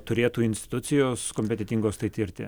turėtų institucijos kompetentingos tai tirti